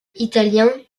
italien